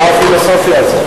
מה הפילוסופיה הזאת?